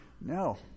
No